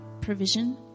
provision